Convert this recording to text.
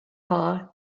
hall